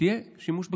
יהיה שימוש בכוח.